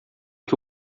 que